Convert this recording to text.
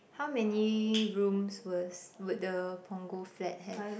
how many rooms was would the Punggol flat have